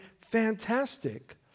fantastic